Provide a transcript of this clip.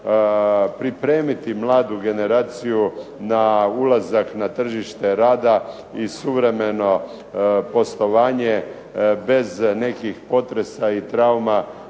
pripremiti mladu generaciju na ulazak na tržište rada i suvremeno poslovanje bez nekih potresa i trauma